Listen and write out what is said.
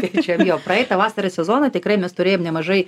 tai čia jo praeitą vasarą sezoną tikrai mes turėjom nemažai